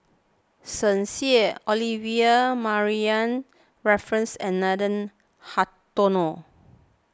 Shen Xi Olivia Mariamne Raffles and Nathan Hartono